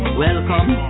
welcome